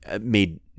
made